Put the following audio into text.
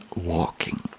walking